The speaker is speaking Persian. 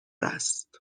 است